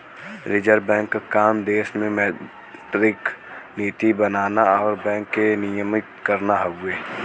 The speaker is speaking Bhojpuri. रिज़र्व बैंक क काम देश में मौद्रिक नीति बनाना आउर बैंक के नियमित करना हउवे